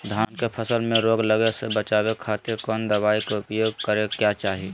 धान के फसल मैं रोग लगे से बचावे खातिर कौन दवाई के उपयोग करें क्या चाहि?